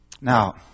Now